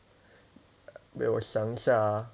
给我想一想啊